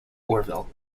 orville